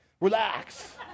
Relax